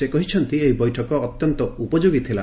ସେ କହିଛନ୍ତି ଏହି ବୈଠକ ଅତ୍ୟନ୍ତ ଉପଯୋଗୀ ଥିଲା